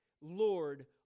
Lord